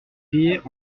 riait